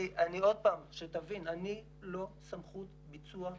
עוד פעם, שתבין, אני לא סמכות ביצוע בשטח.